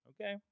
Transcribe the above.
Okay